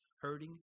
hurting